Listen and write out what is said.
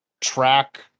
Track